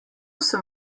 sem